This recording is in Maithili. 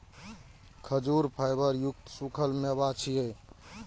खजूर फाइबर युक्त सूखल मेवा छियै